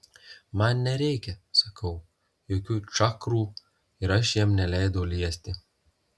man nereikia sakau jokių čakrų ir aš jam neleidau liesti